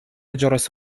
جرس